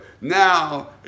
now